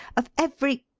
of every